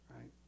Right